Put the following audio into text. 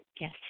Yes